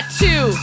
two